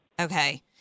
Okay